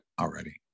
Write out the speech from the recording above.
already